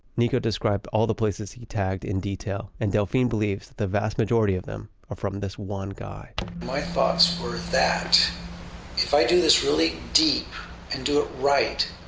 nikko described all the places he tagged in detail. and delfin believes the vast majority of these are from this one guy my thoughts were that if i do this really deep and do it right,